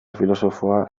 filosofoa